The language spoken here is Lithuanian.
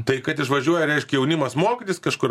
tai kad išvažiuoja reiškia jaunimas mokytis kažkur